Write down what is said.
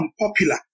unpopular